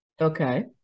Okay